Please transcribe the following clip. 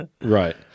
Right